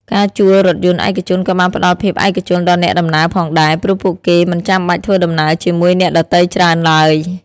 ការជួលរថយន្តឯកជនក៏បានផ្តល់ភាពឯកជនដល់អ្នកដំណើរផងដែរ ព្រោះពួកគេមិនចាំបាច់ធ្វើដំណើរជាមួយអ្នកដទៃច្រើនឡើយ។